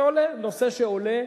זה עולה, נושא שעולה